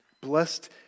Blessed